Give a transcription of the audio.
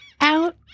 Out